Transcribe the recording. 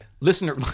Listener